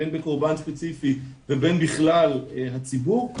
בין בקורבן ספציפי ובין בכלל הציבור,